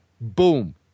Boom